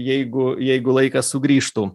jeigu jeigu laikas sugrįžtų